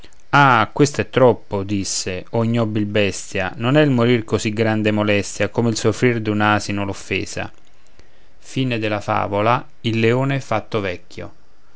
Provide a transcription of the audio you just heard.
ah questo è troppo disse o ignobil bestia non è il morir così grande molestia come il soffrir d'un asino l offesa e